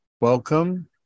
Welcome